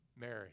Mary